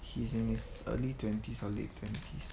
he's in his early twenties or late twenties